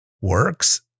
works